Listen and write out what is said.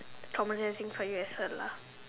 traumatising for you as well lah